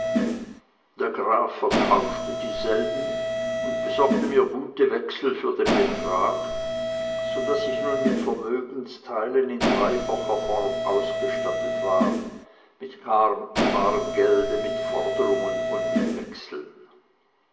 der graf verkaufte dieselben und besorgte mir gute wechsel für den betrag so daß ich nun mit vermögensteilen in dreifacher form ausgestattet war mit barem gelde mit forderungen und mit wechseln